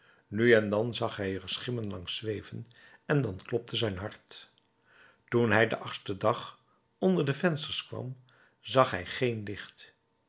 nu en dan zag hij er schimmen langs zweven en dan klopte zijn hart toen hij den achtsten dag onder de vensters kwam zag hij geen licht